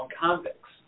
convicts